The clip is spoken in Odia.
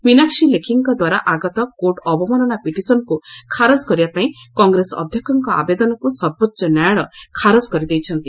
ମୀନାକ୍କୀ ଲେଖିଙ୍କ ଦ୍ୱାରା ଆଗତ କୋର୍ଟ ଅବମାନନା ପିଟିସନକୁ ଖାରଜ କରିବା ପାଇଁ କଂଗ୍ରେସ ଅଧ୍ୟକ୍ଷଙ୍କ ଆବେଦନକୁ ସର୍ବୋଚ୍ଚ ନ୍ୟାୟାଳୟ ଖାରଜ କରିଦେଇଛନ୍ତି